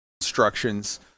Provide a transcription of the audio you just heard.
instructions